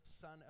son